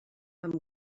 amb